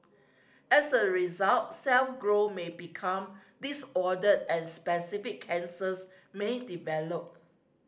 as a result cell growth may become disordered and specific cancers may develop